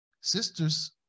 Sisters